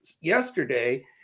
yesterday